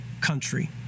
country